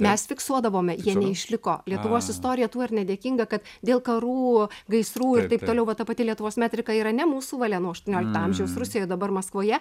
mes fiksuodavome jie neišliko lietuvos istorija tuo ir nedėkinga kad dėl karų gaisrų ir taip toliau vat ta pati lietuvos metrika yra ne mūsų valia nuo aštuoniolikto amžiaus rusijoj dabar maskvoje